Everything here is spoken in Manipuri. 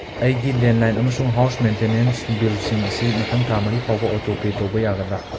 ꯑꯩꯒꯤ ꯂꯦꯟꯂꯥꯏꯟ ꯑꯃꯁꯨꯡ ꯍꯥꯎꯁ ꯃꯦꯟꯇꯦꯟꯅꯦꯟꯁ ꯕꯤꯜꯁꯤꯡ ꯑꯁꯤ ꯃꯊꯪ ꯊꯥ ꯃꯔꯤ ꯐꯥꯎꯕ ꯑꯣꯇꯣ ꯄꯦ ꯇꯧꯕ ꯌꯥꯒꯗ꯭ꯔꯥ